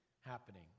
happening